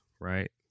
right